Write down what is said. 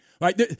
right